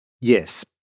Yes